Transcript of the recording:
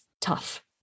tough